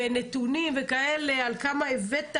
ונתונים וכאלה על כמה הבאת,